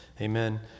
Amen